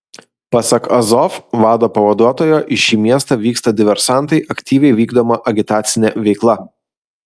pasak azov vado pavaduotojo į šį miestą vyksta diversantai aktyviai vykdoma agitacinė veikla